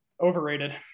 Overrated